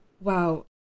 Wow